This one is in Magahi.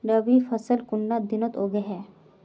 रवि फसल कुंडा दिनोत उगैहे?